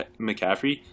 mccaffrey